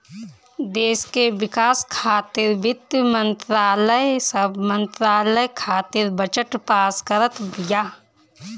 देस के विकास खातिर वित्त मंत्रालय सब मंत्रालय खातिर बजट पास करत बिया